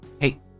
Hey